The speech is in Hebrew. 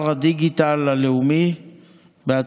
ובכן, 28 בעד, אפס מתנגדים, אפס נמנעים.